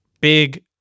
big